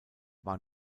war